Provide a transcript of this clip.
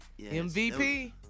MVP